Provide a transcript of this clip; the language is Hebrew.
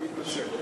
אני מתנצל.